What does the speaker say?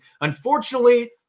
unfortunately